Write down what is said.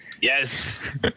Yes